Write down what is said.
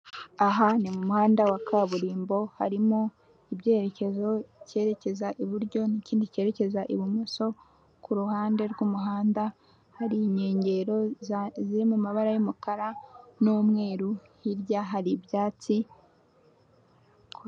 Aha nimumuhanda wa kaburimbo harimo ibyerekezo ikerekeza iburyo n'ikerekeza ibumoso, kuruhande rw'umuhanda hari inkengero ziri mu mabara y'umukara n'umweru hirya yaho hari ibyatsi.